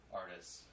artists